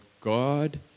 God